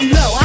no